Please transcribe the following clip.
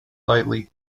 lightly